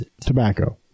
tobacco